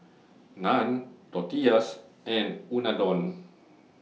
Naan Tortillas and Unadon